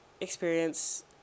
experience